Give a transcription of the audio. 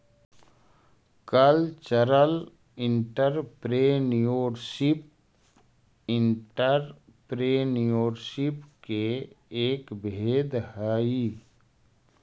cultural entrepreneurship entrepreneurship के एक भेद हई